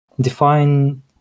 define